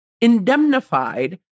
indemnified